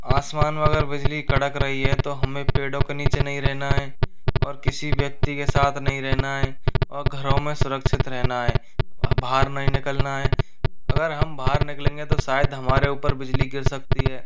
आसमान में अगर बिजली कड़क रही है तो हमें पेड़ों के नीचे नहीं रहना है और किसी व्यक्ति के साथ नहीं रहना है और घरों में सुरक्षित रहना है बाहर नहीं निकलना है अगर हम बाहर निकलेंगे तो शायद हमारे ऊपर बिजली गिर सकती है